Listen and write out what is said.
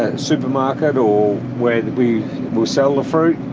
ah supermarket or where we will sell the fruit.